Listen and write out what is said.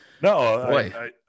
No